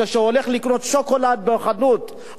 כשהולך לקנות שוקולד בחנות,